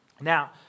Now